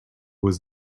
was